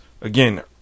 again